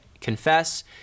confess